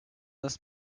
this